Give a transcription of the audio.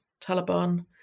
Taliban